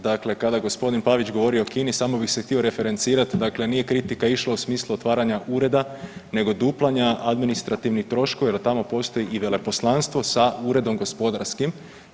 Dakle kada je gospodin Pavić govorio o Kini samo bih se htio referencirati, dakle nije kritika išla u smislu otvaranja ureda, nego duplanja administrativnih troškova, jer tamo postoji i veleposlanstvo sa uredom gospodarskim.